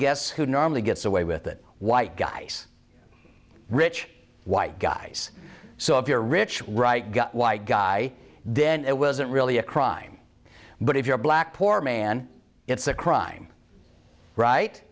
guess who normally gets away with it white guys rich white guys so if you're rich right got white guy then it wasn't really a crime but if you're black poor man it's a crime right